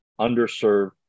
underserved